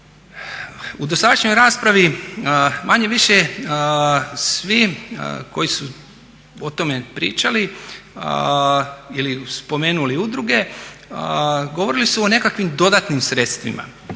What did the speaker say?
U dosadašnjoj raspravi manje-više svi koji su o tome pričali ili spomenuli udruge govorili su o nekakvim dodatnim sredstvima.